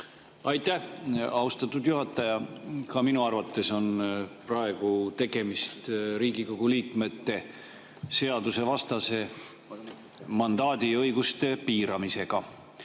Aitäh, austatud juhataja! Ka minu arvates on praegu tegemist Riigikogu liikmete seadusevastase mandaadiõiguse piiramisega.